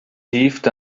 heaved